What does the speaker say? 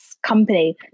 company